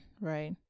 right